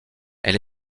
elle